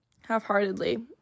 half-heartedly